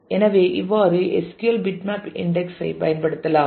எனவே இவ்வாறு SQL இல் பிட்மேப் இன்டெக்ஸ் ஐ பயன்படுத்தலாம்